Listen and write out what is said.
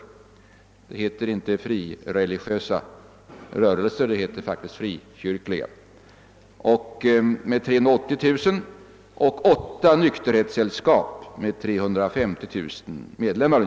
Inom parentes: det heter inte frireligiösa, som finansministern sade, utan det heter faktiskt frikyrkliga. De har 380000 medlemmar. Vidare nämnes åtta nykterhetssällskap med ungefär 350 000 medlemmar.